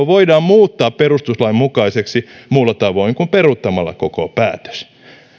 voidaan muuttaa perustuslain mukaiseksi muulla tavoin kuin peruuttamalla koko päätös